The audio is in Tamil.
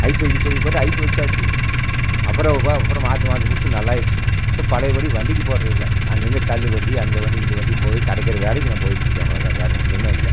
ஐஸ் வைக்க சொல்லிப்போட்டு ஐஸ் வச்சாச்சி அப்புறம் ப அப்புறம் மாத்து மருந்து குடிச்சது நல்லாயிருச்சு இப்போ பழைய படி வண்டிக்கு போகிறதில்ல அங்கேங்க தள்ளு வண்டி அந்த வண்டி இந்த வண்டி போய் கடைக்கிற வேலைக்கு நான் போயிட்டுருக்கேன் அவ்வளோதான் வேற ஒன்றுமே இல்லை